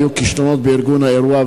היו כישלונות בארגון האירוע,